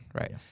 Right